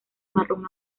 marrón